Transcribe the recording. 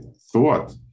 thought